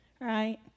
Right